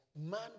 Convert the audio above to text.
man